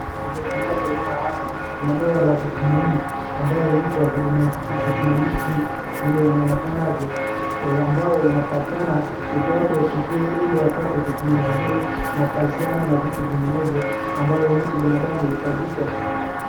Vile tunavyo ona hapa kuna dawa la vitamini ambayo huitwa Vitamin D3 vile inavyonekanvyo. Ambayo inatakikana iliwatuwachukue wapate vitamin vizuri, kalsiamu na vitu vinginevyo ambayo mtu binadamu huhitajika.